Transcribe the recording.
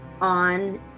on